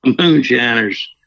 moonshiner's